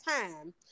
time